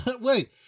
Wait